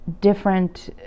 different